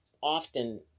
often